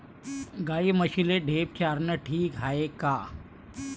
गाई म्हशीले ढेप चारनं ठीक हाये का?